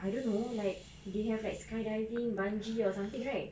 I don't know like they have like skydiving bungee or something right